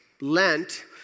Lent